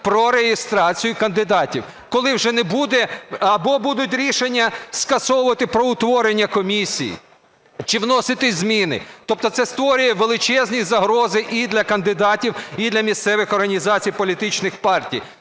про реєстрацію кандидатів, коли вже не буде... або будуть рішення скасовувати про утворення комісій, чи вносити зміни. Тобто це створює величезні загрози і для кандидатів, і для місцевих організацій політичних партій.